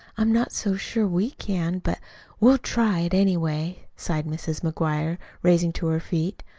i'm not so sure we can, but we'll try it, anyway, sighed mrs. mcguire, rising to her feet,